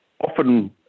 often